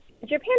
Japan